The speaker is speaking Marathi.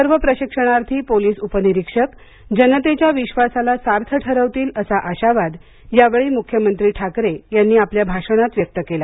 सर्व प्रशिक्षणार्थी पोलीस उपनिरिक्षक जनतेच्या विश्वासाला सार्थ ठरवतील असा आशावाद यावेळी मुख्यमंत्री ठाकरे यांनी आपल्या भाषणात व्यक्त केला